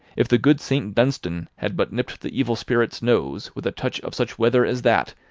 if the good saint dunstan had but nipped the evil spirit's nose with a touch of such weather as that,